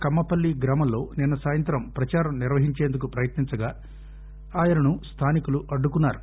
కమ్మపల్లి గ్రామంలో నిన్న సాయంత్రం ప్రదారం నిర్వహించేందుకు ప్రయత్ని ంచగా ఆయనను స్థానికులు అడ్డుకున్నారు